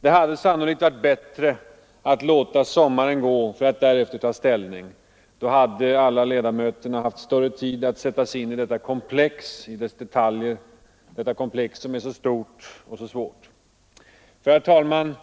Det hade sannolikt varit bättre att låta sommaren gå för att därefter ta ställning. Då hade alla ledamöter haft mer tid att sätta sig in i detta komplex och alla dess detaljer, ett komplex som är så stort och så svårt. Det är nämligen,